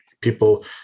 people